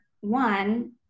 one